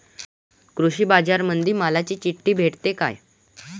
कृषीबाजारामंदी मालाची चिट्ठी भेटते काय?